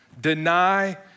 deny